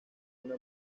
una